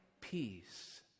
peace